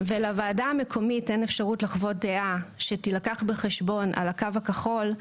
ולוועדה המקומית אין אפשרות לחוות דעה שתילקח בחשבון על הקו הכחול,